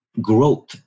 growth